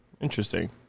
Interesting